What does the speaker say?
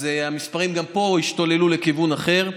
אז המספרים גם פה השתוללו לכיוון אחר.